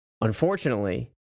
Unfortunately